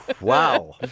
Wow